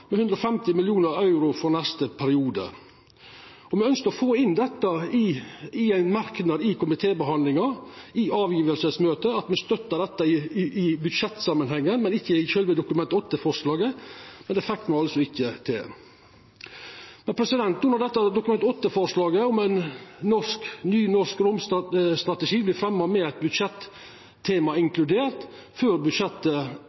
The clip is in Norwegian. med 150 mill. euro for neste periode. Me ønskte å få dette inn som ein merknad i komitébehandlinga i avgjevingsmøtet – at me støttar dette i budsjettsamanhengen, men ikkje i sjølve Dokument 8-forslaget – men det fekk me altså ikkje til. No når dette Dokument 8-forslaget om ein ny norsk romstrategi vert fremma med eit budsjettema inkludert – før budsjettet